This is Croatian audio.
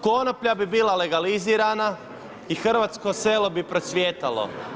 Konoplja bi bila legalizirana i hrvatsko selo bi procvjetalo.